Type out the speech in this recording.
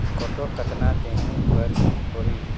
Photo कतना देहें बर होहि?